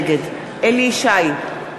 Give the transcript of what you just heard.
נגד אליהו ישי,